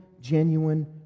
genuine